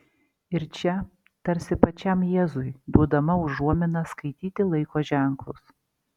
ir čia tarsi pačiam jėzui duodama užuomina skaityti laiko ženklus